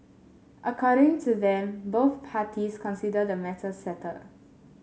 according to them both parties consider the matter settled